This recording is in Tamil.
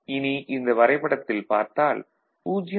இனி இந்த வரைபடத்தில் பார்த்தால் 0